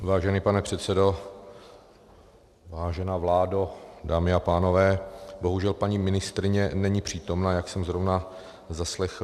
Vážený pane předsedo, vážená vládo, dámy a pánové, bohužel paní ministryně není přítomna, jak jsem zrovna zaslechl.